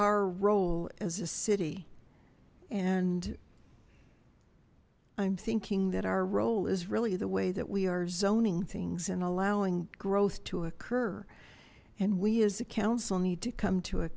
our role as a city and i'm thinking that our role is really the way that we are zoning things and allowing growth to occur and we as a council need to come to a